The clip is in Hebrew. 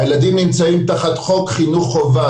הילדים נמצאים תחת חוק חינוך חובה,